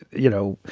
you know,